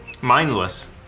mindless